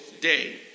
day